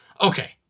Okay